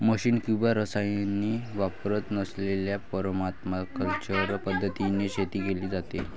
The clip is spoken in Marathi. मशिन किंवा रसायने वापरत नसलेल्या परमाकल्चर पद्धतीने शेती केली जाते